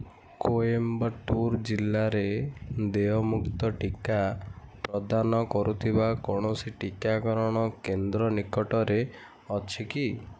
କୋଏମ୍ବାଟୁର୍ ଜିଲ୍ଲାରେ ଦେୟମୁକ୍ତ ଟିକା ପ୍ରଦାନ କରୁଥିବା କୌଣସି ଟିକାକରଣ କେନ୍ଦ୍ର ନିକଟରେ ଅଛି କି